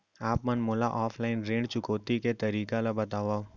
आप मन मोला ऑफलाइन ऋण चुकौती के तरीका ल बतावव?